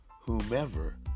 whomever